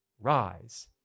rise